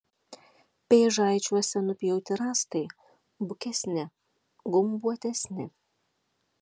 pėžaičiuose nupjauti rąstai bukesni gumbuotesni